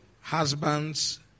husbands